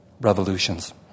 revolutions